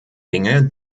dinge